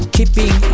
Keeping